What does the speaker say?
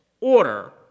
order